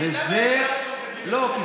למה לא מגדלים את זה בארץ?